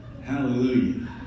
Hallelujah